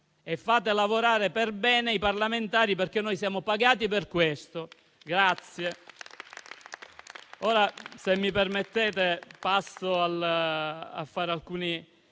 e fate lavorare per bene i parlamentari perché noi siamo pagati per questo. Se mi permettete, passo a fare alcuni